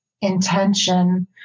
intention